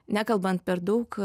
nekalbant per daug